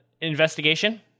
Investigation